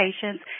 patients